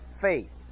faith